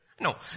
No